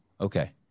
Okay